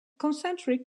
concentric